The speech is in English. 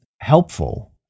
helpful